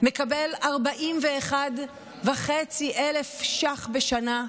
מקבל 41,500 ש"ח בשנה,